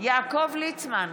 יעקב ליצמן,